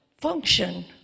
function